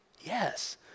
yes